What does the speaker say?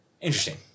Interesting